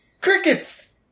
crickets